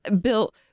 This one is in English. bill